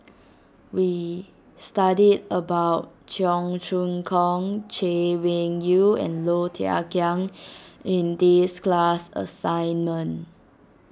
we studied about Cheong Choong Kong Chay Weng Yew and Low Thia Khiang in this class assignment